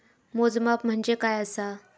मोजमाप म्हणजे काय असा?